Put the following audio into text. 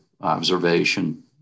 observation